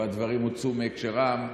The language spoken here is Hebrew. או הדברים הוצאו מהקשרם,